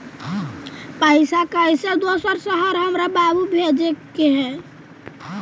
पैसा कैसै दोसर शहर हमरा बाबू भेजे के है?